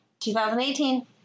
2018